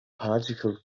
particle